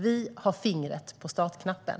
Vi har fingret på startknappen.